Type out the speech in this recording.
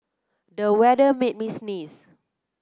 the weather made me sneeze